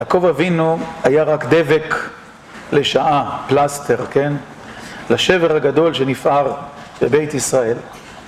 עקוב אבינו היה רק דבק לשעה, פלסטר, לשבר הגדול שנפער בבית ישראל.